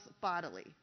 bodily